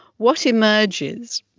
what emerges